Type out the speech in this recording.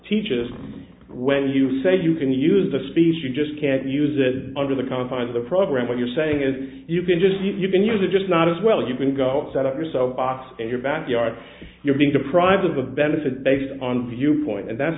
teachers when you say you can use the speech you just can't use it under the confines of the program what you're saying is you can just you can use it just not as well you can go outside of yourself box in your backyard you're being deprived of a benefit based on viewpoint and that's